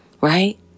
right